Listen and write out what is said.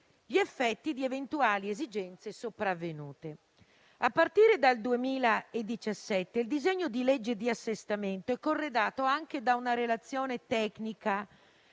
gli effetti di eventuali esigenze sopravvenute. A partire dal 2017, il disegno di legge di assestamento è corredato anche da una relazione tecnica,